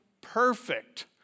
perfect